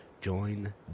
join